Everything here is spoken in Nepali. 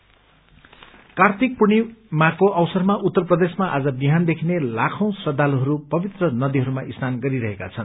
र्कातिक पूर्णिमा कार्तिक पूर्णिमाको अवसरमा उत्तर प्रदेशमा आज बिहान देखि नै लाखौं श्रद्धालुहरू पवित्र नदीहरूमा स्नान गरीरहेका छन्